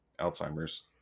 Alzheimer's